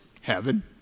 Heaven